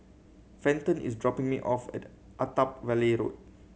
Fenton is dropping me off at Attap Valley Road